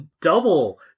Double